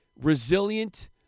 resilient